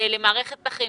למערכת החינוך,